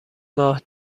ماه